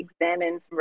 examines